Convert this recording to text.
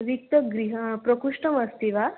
रिक्तगृहं प्रकोष्ठः अस्ति वा